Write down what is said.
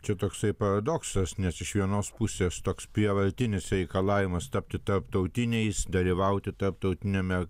čia toksai paradoksas nes iš vienos pusės toks prievartinis reikalavimas tapti tarptautiniais dalyvauti tarptautiniame